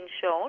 shown